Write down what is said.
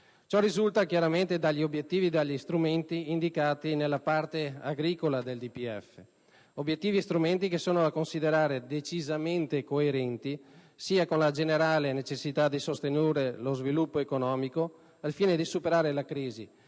Ciò risulta chiaramente dagli obiettivi e dagli strumenti indicati nella parte agricola del DPEF. Obiettivi e strumenti che sono da considerare decisamente coerenti sia con la generale necessità di sostenere lo sviluppo economico al fine di superare la crisi,